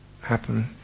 happen